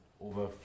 over